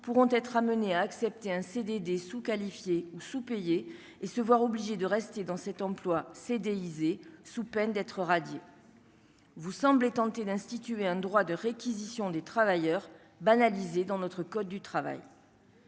pourront être amené à accepter un CD des sous-qualifiés ou sous-payés et se voir obligé de rester dans cet emploi, c'est déguisé sous peine d'être radiés, vous semblez tenter d'instituer un droit de réquisition des travailleurs banalisé dans notre code du travail.